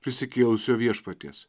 prisikėlusio viešpaties